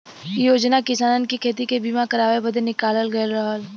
इ योजना किसानन के खेती के बीमा करावे बदे निकालल गयल रहल